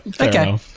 okay